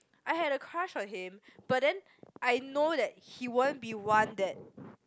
I had a crush on him but then I know that he won't be one that